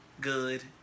good